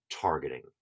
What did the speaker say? targeting